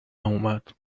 اومد